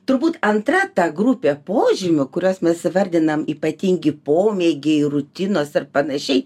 turbūt antra ta grupė požymių kuriuos mes įvardinam ypatingi pomėgiai rutinos ir panašiai